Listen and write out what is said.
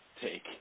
take